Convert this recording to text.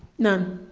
none.